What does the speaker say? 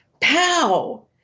pow